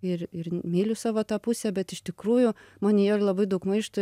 ir ir myliu savo tą pusę bet iš tikrųjų manyje ir labai daug maišto